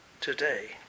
today